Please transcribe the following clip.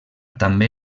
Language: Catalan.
també